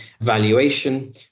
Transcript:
valuation